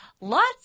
lots